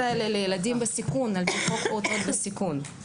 האלה לילדים בסיכון על פי חוק פעוטות וסיכון.